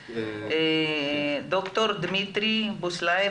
ד"ר דימיטרי בוסלייב,